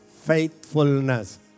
faithfulness